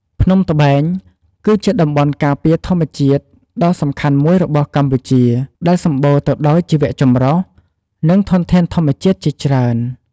ភ្នំត្បែង គឺជាតំបន់ការពារធម្មជាតិដ៏សំខាន់មួយរបស់កម្ពុជា ដែលសម្បូរទៅដោយជីវៈចម្រុះ និងធនធានធម្មជាតិជាច្រើន។